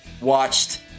watched